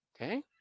Okay